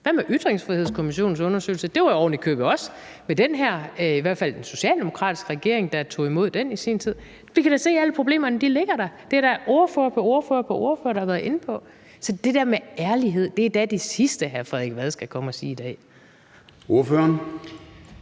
Hvad med Ytringsfrihedskommissionens undersøgelse? Det var ovenikøbet også den her eller i hvert fald den socialdemokratiske regering, der tog imod den i sin tid. Vi kan da se, at alle problemerne ligger der. Det er der ordfører på ordfører på ordfører der har været inde på. Så det der med ærlighed er da det sidste, hr. Frederik Vad skal komme at sige i dag. Kl.